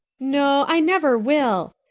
no, i never will.